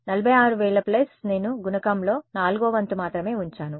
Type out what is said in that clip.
46000 plus నేను గుణకంలో నాలుగో వంతు మాత్రమే ఉంచాను